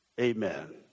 Amen